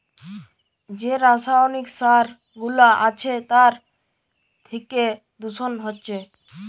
যে রাসায়নিক সার গুলা আছে তার থিকে দূষণ হচ্ছে